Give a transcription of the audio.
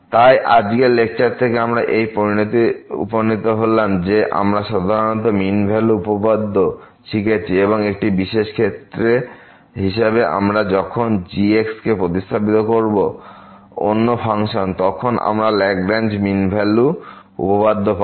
তাই আজকের লেকচার থেকে আমরা এই কনক্লুসন এ উপনীত হলাম যে আমরা সাধারণ মিন ভ্যালু উপপাদ্য শিখেছি এবং একটি বিশেষ ক্ষেত্র হিসেবে আমরা যখন g কে প্রতিস্থাপিত করব অন্য ফাংশনটিতে তখন আমরা ল্যাগরাঞ্জ মিন ভ্যালু উপপাদ্য পাব